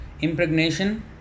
impregnation